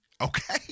Okay